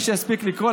מי שהספיק לקרוא,